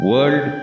World